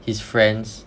his friends